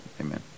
Amen